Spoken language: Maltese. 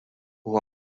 huwa